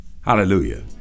hallelujah